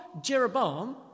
Jeroboam